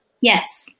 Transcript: Yes